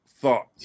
thought